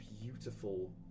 beautiful